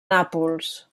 nàpols